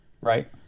Right